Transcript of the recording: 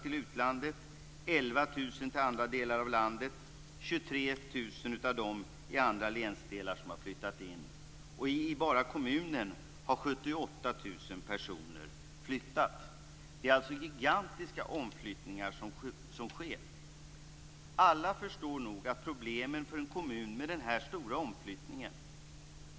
11 000 har flyttat till andra delar av landet, och 23 000 har flyttat in från andra länsdelar. Bara inom kommunen har 78 000 personer flyttat. Det är alltså gigantiska omflyttningar som sker. Alla förstår nog problemen för en kommun med den här stora omflyttningen.